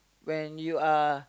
when you are